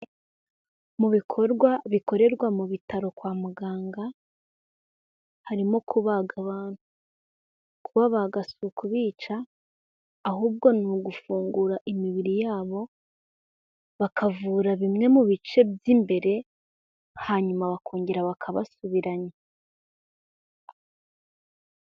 Mu bikorwa bikorerwa mu bitaro kwa muganga, harimo kubaga abantu. Kubabaga si ukubica ahubwo ni ugufungura imibiri yabo, bakavura bimwe mu bice by'imbere, hanyuma bakongera bakabasubiranya.